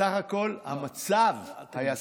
בסך הכול המצב היה סביר.